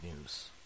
news